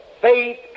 faith